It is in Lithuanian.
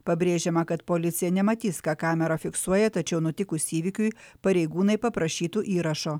pabrėžiama kad policija nematys ką kamera fiksuoja tačiau nutikus įvykiui pareigūnai paprašytų įrašo